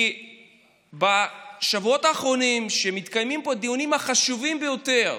כי בשבועות האחרונים מתקיימים פה דיונים חשובים ביותר,